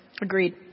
Agreed